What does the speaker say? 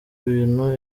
bintu